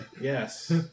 Yes